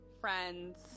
friends